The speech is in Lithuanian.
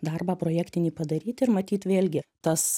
darbą projektinį padaryti ir matyt vėlgi tas